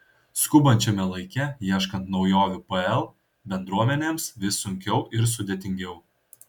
skubančiame laike ieškant naujovių pl bendruomenėms vis sunkiau ir sudėtingiau